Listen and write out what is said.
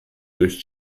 durch